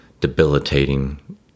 debilitating